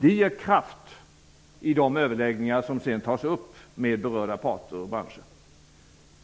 Det ger kraft i de överläggningar som sedan tas upp med berörda parter och branscher.